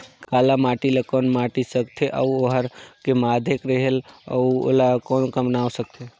काला माटी ला कौन माटी सकथे अउ ओहार के माधेक रेहेल अउ ओला कौन का नाव सकथे?